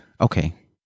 Okay